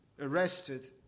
arrested